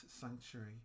sanctuary